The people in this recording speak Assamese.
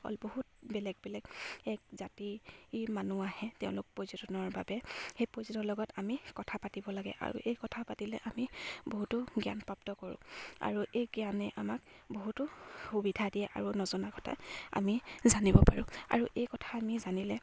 অল বহুত বেলেগ বেলেগ এক জাতিৰ মানুহ আহে তেওঁলোক পৰ্যটনৰ বাবে সেই পৰ্যটনৰ লগত আমি কথা পাতিব লাগে আৰু এই কথা পাতিলে আমি বহুতো জ্ঞান প্ৰাপ্ত কৰোঁ আৰু এই জ্ঞানে আমাক বহুতো সুবিধা দিয়ে আৰু নজনা কথা আমি জানিব পাৰোঁ আৰু এই কথা আমি জানিলে